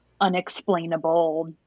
unexplainable